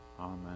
Amen